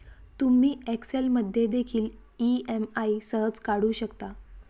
तुम्ही एक्सेल मध्ये देखील ई.एम.आई सहज काढू शकता